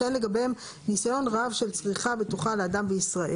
שאין לגביהם ניסיון רב של צריכה בטוחה לאדם בישראל.